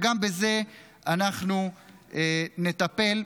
וגם בזה אנחנו נטפל.